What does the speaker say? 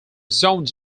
zoned